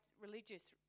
religious